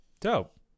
Dope